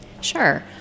Sure